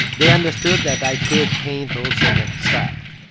they understood that i could paint also in abstract.